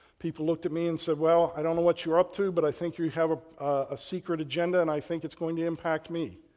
people looked at me and said, well, i don't know what you're up to but i think you have a ah secret agenda and i think it's going to impact me.